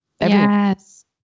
Yes